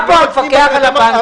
נמצא פה המפקח על הבנקים,